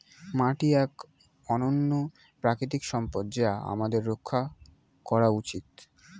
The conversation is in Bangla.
মাটি এক অনন্য প্রাকৃতিক সম্পদ যা আমাদের রক্ষা করা উচিত